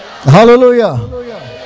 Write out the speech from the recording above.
Hallelujah